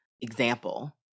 example